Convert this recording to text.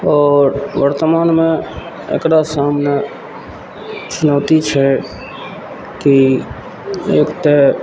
आओर वर्तमानमे एकरा सामने चुनौती छै की एक तऽ